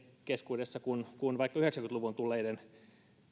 keskuudessa kuin vaikka yhdeksänkymmentä luvulla tulleiden